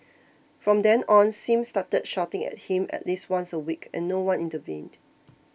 from then on Sim started shouting at him at least once a week and no one intervened